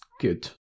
Good